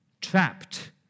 trapped